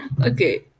Okay